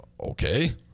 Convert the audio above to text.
okay